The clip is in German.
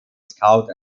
scout